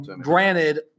granted